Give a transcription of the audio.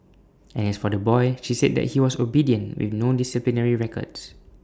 and as for the boy she said that he was obedient with no disciplinary records